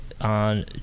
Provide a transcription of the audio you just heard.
on